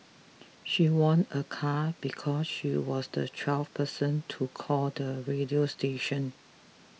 she won a car because she was the twelfth person to call the radio station